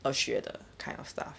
学的 that kind of stuff